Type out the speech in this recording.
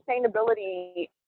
sustainability